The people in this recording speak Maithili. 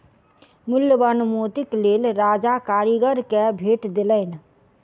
मूल्यवान मोतीक लेल राजा कारीगर के भेट देलैन